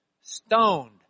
stoned